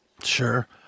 sure